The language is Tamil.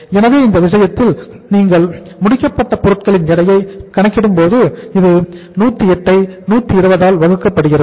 எனவே இந்த விஷயத்தில் நீங்கள் முடிக்கப்பட்ட பொருட்களின் எடையை கணக்கிடும் போது இது 108 ஐ 120 ஆல் வகுக்கப்படுகிறது